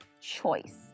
Choice